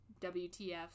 WTF